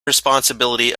responsibility